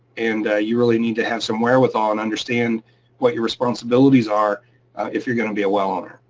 and you really need to have some wherewithal and understand what your responsibilities are if you're gonna be a well owner.